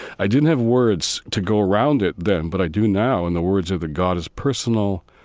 i didn't have words to go around it then, but i do now. and the words are that god is personal,